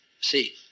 See